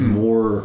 more